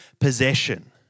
possession